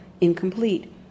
incomplete